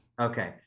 Okay